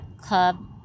club